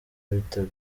ibitego